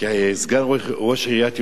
כסגן ראש עיריית ירושלים,